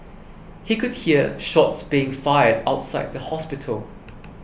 he could hear shots being fired outside the hospital